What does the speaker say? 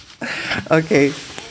okay